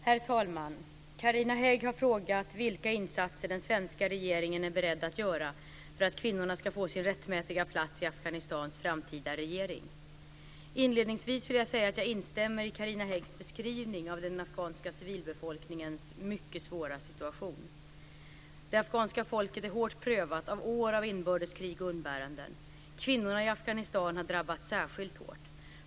Herr talman! Carina Hägg har frågat vilka insatser den svenska regeringen är beredd att göra för att kvinnorna ska få sin rättmätiga plats i Afghanistans framtida regering. Inledningsvis vill jag säga att jag instämmer i Carina Häggs beskrivning av den afghanska civilbefolkningens mycket svåra situation. Det afghanska folket är mycket hårt prövat av år av inbördeskrig och umbäranden. Kvinnorna i Afghanistan har drabbats särskilt hårt.